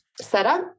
setup